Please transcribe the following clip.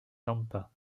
tampa